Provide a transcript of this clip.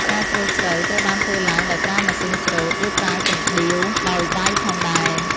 ការច្រូតស្រូវត្រូវបានធ្វើឡើងដោយប្រើម៉ាស៊ីនច្រូត ឬប្រើកណ្តៀវដោយដៃផងដែរ។